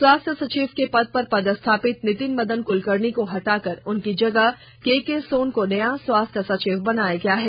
स्वास्थ्य सचिव के पद पर पदस्थापित नितिन मदन कुलकर्णी को हटाकर उनकी जगह केके सोन को नया स्वास्थ्य सचिव बनाया गया है